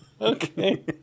Okay